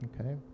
Okay